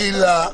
הילה.